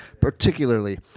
particularly